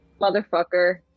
motherfucker